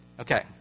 Okay